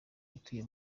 atuye